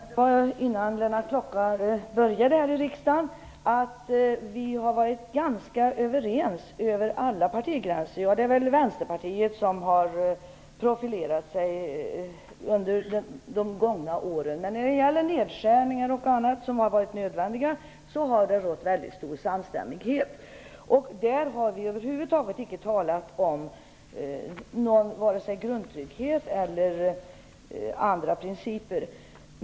Herr talman! Jag vill erinra om att vi innan Lennart Klockare kom in i riksdagen har varit ganska överens över alla partigränser - Vänsterpartiet har dock profilerat sig under de gångna åren. När det har gällt nedskärningar och annat som har varit nödvändigt har det rått väldigt stor samstämmighet. I det sammanhanget har vi över huvud taget icke talat om vare sig grundtrygghet eller andra principer.